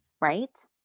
right